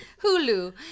Hulu